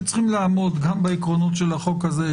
שיש לעמוד גם בעקרונות החוק הזה,